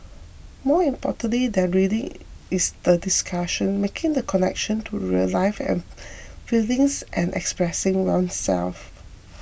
more important than reading is the discussion making the connections to real life and feelings and expressing oneself